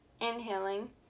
inhaling